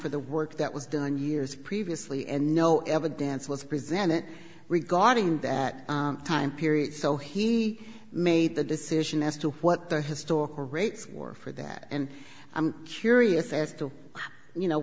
for the work that was done years previously and no evidence was presented regarding that time period so he made the decision as to what the historical rates were for that and i'm curious as to how you know